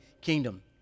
kingdom